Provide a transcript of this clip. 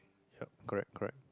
ya correct correct